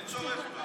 אין צורך?